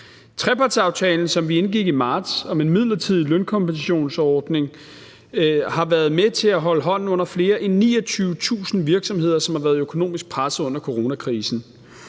Trepartsaftalen, som vi indgik i marts, om en midlertidig lønkompensationsordning har været med til at holde hånden under mere end 29.000 virksomheder, som har været økonomisk presset under coronakrisen.